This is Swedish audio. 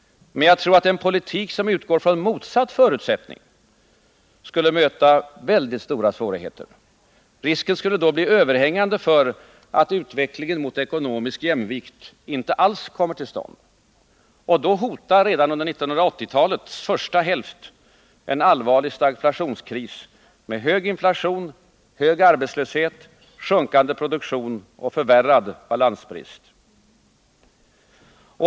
Men jag tror att en politik som utgår från motsatt förutsättning skulle möta mycket stora svårigheter. Risken skulle vara överhängande för att utvecklingen mot ekonomisk jämvikt inte alls kom till stånd. Och då hotar redan under 1980-talets första hälft en allvarlig stagflationskris med hög inflation, hög arbetslöshet, sjunkande produktion och förvärrad balansbrist.